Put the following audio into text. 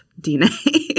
DNA